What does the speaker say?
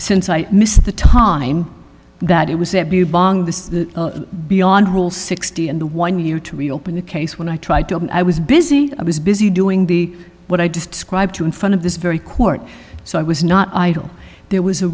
since i missed the time that it was beyond rule sixty and the one year to reopen the case when i tried to i was busy i was busy doing the what i described to in front of this very court so i was not idle there was a